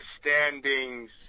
standings